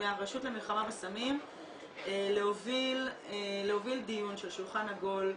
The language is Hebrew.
מהרשות למלחמה בסמים להוביל דיון של שולחן עגול בנושא,